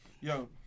Yo